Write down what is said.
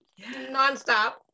nonstop